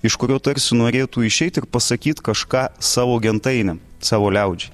iš kurio tarsi norėtų išeit ir pasakyt kažką savo gentainiam savo liaudžiai